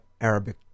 Arabic